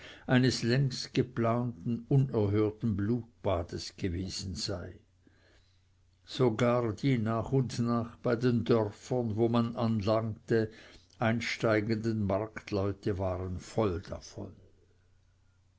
eines längst geplanten unerhörten blutbades gewesen sei sogar die nach und nach bei den dörfern wo man anlegte einsteigenden marktleute waren voll davon